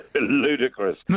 Ludicrous